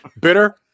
Bitter